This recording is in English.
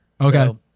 Okay